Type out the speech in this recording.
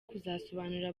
kuzasobanurira